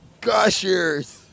Gushers